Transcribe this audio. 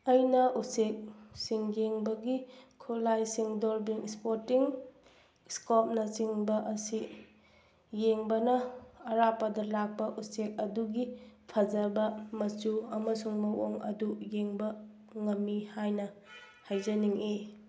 ꯑꯩꯅ ꯎꯆꯦꯛꯁꯤꯡ ꯌꯦꯡꯕꯒꯤ ꯈꯨꯠꯂꯥꯏꯁꯤꯡ ꯗꯣꯔꯕꯤꯟ ꯏꯁꯄꯣꯔꯇꯤꯡ ꯁ꯭ꯀꯣꯞꯅ ꯆꯤꯡꯕ ꯑꯁꯤ ꯌꯦꯡꯕꯅ ꯑꯔꯥꯞꯄꯗ ꯂꯥꯛꯄ ꯎꯆꯦꯛ ꯑꯗꯨꯒꯤ ꯐꯖꯕ ꯃꯆꯨ ꯑꯃꯁꯨꯡ ꯃꯑꯣꯡ ꯑꯗꯨ ꯌꯦꯡꯕ ꯉꯝꯃꯤ ꯍꯥꯏꯅ ꯍꯥꯏꯖꯅꯤꯡꯉꯤ